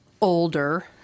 older